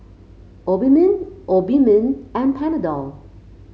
Obimin Obimin and Panadol